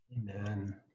Amen